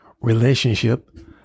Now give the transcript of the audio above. relationship